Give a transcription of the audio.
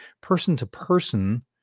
Person-to-person